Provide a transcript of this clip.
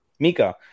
mika